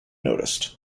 noticed